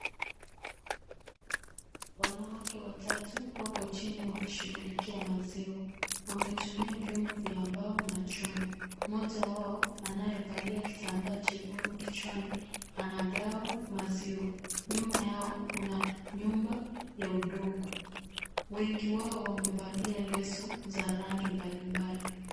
Wanawake watatu wako chini wakishughulikia maziwa, wametumia vyombo vya mbao na chuma. Mmoja wao anayevalia kitambaa chekundu kichwani anagawa maziwa. Nyuma yao kuna nyumba ya udongo. Wengi wao wamevalia leso za rangi mbalimbali.